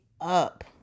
up